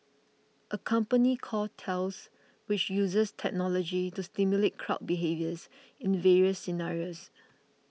a company called Thales which uses technology to simulate crowd behaviours in various scenarios